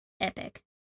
epic